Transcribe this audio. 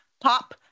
pop